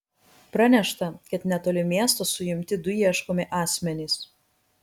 pranešta kad netoli miesto suimti du ieškomi asmenys